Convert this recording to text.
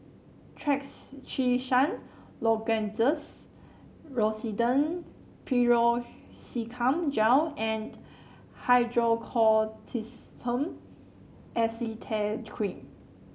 Trachisan Lozenges Rosiden Piroxicam Gel and Hydrocortisone Acetate Cream